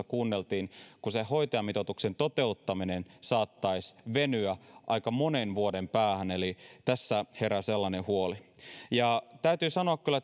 kuunneltiin kun sen hoitajamitoituksen toteuttaminen saattaisi venyä aika monen vuoden päähän eli tässä herää sellainen huoli täytyy kyllä